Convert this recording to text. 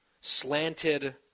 slanted